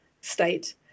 state